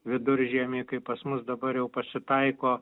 viduržiemį kai pas mus dabar jau pasitaiko